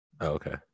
Okay